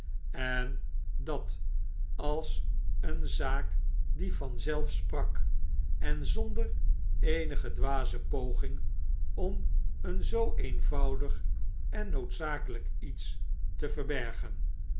en dat als een zaak die vanzelf sprak en zonder eenige dwaze poging om een zoo eenvoudig en noodzakelyk iets te verbergen